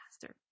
faster